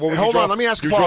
hold on, let me ask you know